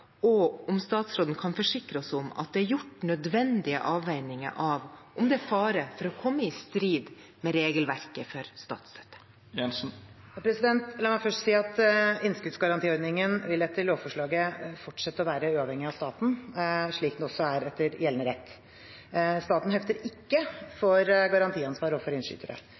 og om statsråden kan forsikre oss om at det er gjort nødvendige avveininger av om det er fare for å komme i strid med regelverket for statsstøtte. La meg først si at innskuddsgarantiordningen etter lovforslaget vil fortsette å være uavhengig av staten, slik den også er etter gjeldende rett. Staten hefter ikke for garantiansvar overfor innskytere. Bankenes sikringsfond skal etter forslaget fortsatt administrere innskuddsgarantiordningen og